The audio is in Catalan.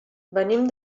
venim